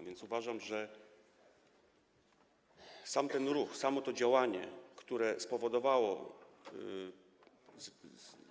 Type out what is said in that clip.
A więc uważam, że sam ten ruch, samo to działanie, które spowodowało